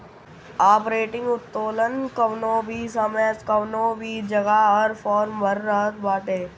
operating उत्तोलन कवनो भी समय कवनो भी जगह हर फर्म में रहत बाटे